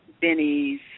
Benny's